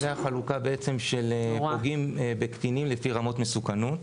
זאת החלוקה של פוגעים בקטינים לפי רמות מסוכנות.